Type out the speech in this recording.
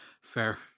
Fair